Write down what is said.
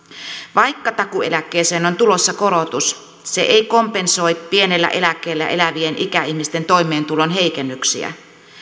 vaikka takuueläkkeeseen on tulossa korotus se ei kompensoi pienellä eläkkeellä elävien ikäihmisten toimeentulon heikennyksiä